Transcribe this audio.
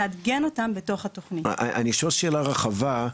אני שואל שאלה רחבה,